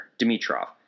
Dimitrov